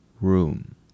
room